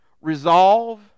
Resolve